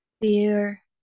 fear